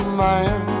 man